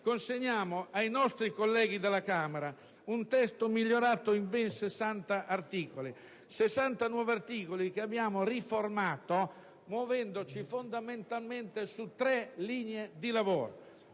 Consegniamo quindi ai colleghi della Camera un testo migliorato in ben 60 articoli, che abbiamo riformato muovendoci fondamentalmente lungo tre linee di lavoro.